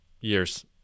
years